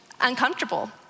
uncomfortable